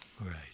Right